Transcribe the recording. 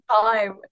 time